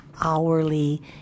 hourly